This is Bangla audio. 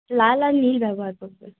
লাল আর নীল ব্যবহার করবে